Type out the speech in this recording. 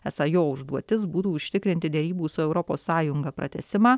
esą jo užduotis būtų užtikrinti derybų su europos sąjunga pratęsimą